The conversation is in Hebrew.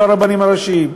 אם לא הרבנים הראשיים.